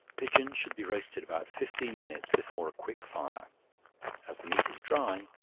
pigeons should be roasted about fifteen minutes before a quick fire as the meat is dry,